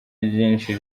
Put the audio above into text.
ryinshi